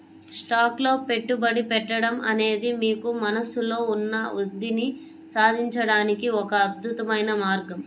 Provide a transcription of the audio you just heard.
stocks లో పెట్టుబడి పెట్టడం అనేది మీకు మనస్సులో ఉన్న వృద్ధిని సాధించడానికి ఒక అద్భుతమైన మార్గం